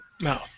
No